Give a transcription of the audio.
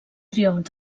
triomf